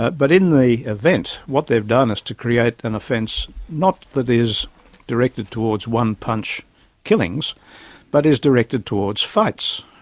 but but in the event, what they've done is to create an offence not that is directed towards one-punch killings but is directed towards fights,